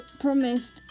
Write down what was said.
promised